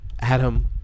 Adam